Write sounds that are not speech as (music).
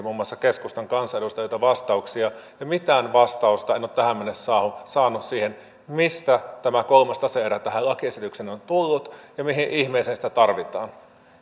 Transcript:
(unintelligible) muun muassa keskustan kansanedustajilta vastauksia ja mitään vastausta en ole tähän mennessä saanut siihen mistä tämä kolmas tase erä tähän lakiesitykseen on tullut ja mihin ihmiseen sitä tarvitaan